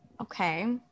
Okay